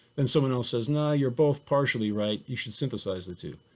and someone else says, no, you're both partially right, you should synthesize the two.